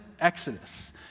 Exodus